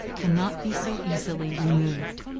cannot be so easily removed.